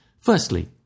Firstly